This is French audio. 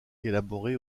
élaboré